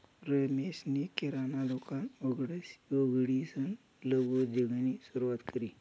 रमेशनी किराणा दुकान उघडीसन लघु उद्योगनी सुरुवात करी